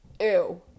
Ew